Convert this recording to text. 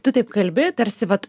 tu taip kalbi tarsi vat